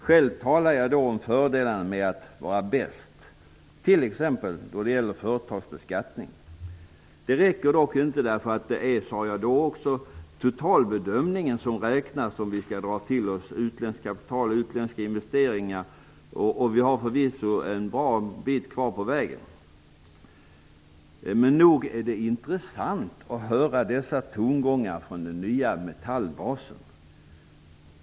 Själv talade jag då om fördelarna med att vara bäst, t.ex. då det gäller företagsbeskattning. Jag sade då att det dock inte räcker, eftersom det är totalbedömningen som räknas om vi skall dra till oss utländskt kapital och utländska investeringar. Vi har förvisso en bra bit kvar på vägen. Men nog är det intressant att höra dessa tongångar från den nya Metallbasen.